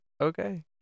okay